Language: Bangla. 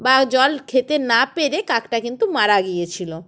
বা জল খেতে না পেরে কাকটা কিন্তু মারা গিয়েছিল